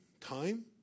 time